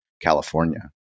California